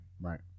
right